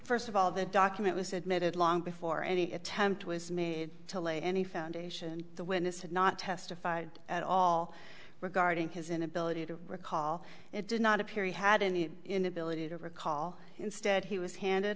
first of all the document was admitted long before any attempt was made to lay any foundation the witness had not testified at all regarding his inability to recall it did not appear he had any inability to recall instead he was handed